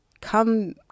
come